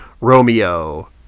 Romeo